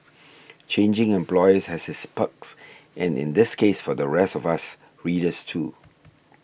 changing employers has its perks and in this case for the rest of us readers too